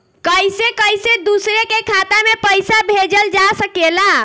कईसे कईसे दूसरे के खाता में पईसा भेजल जा सकेला?